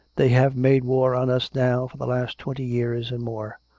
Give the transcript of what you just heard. they have made war on us now for the last twenty years and more.